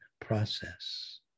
process